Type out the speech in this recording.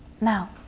Now